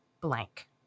blank